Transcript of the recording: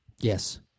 Yes